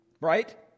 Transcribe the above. right